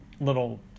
little